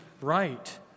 right